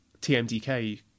TMDK